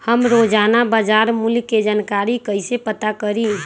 हम रोजाना बाजार मूल्य के जानकारी कईसे पता करी?